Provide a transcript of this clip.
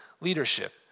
leadership